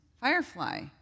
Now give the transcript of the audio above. firefly